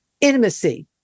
intimacy